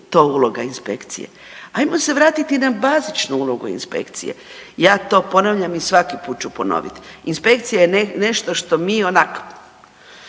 to uloga inspekcije. Hajmo se vratiti na bazičnu ulogu inspekcije. Ja to ponavljam i svaki put ću ponoviti. Inspekcija je nešto što mi onak'